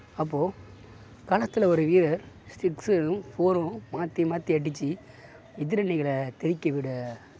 அப்போது களத்தில் ஒரு வீரர் சிக்ஸரும் ஃபோரும் மாற்றி மாற்றி அடித்து எதிர் அணிகளை தெறிக்க விட